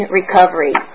recovery